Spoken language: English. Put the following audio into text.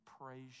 praise